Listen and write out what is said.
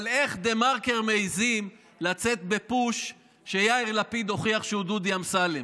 אבל איך דה-מרקר מעיזים לצאת בפוש שיאיר לפיד הוכיח שהוא דודי אמסלם?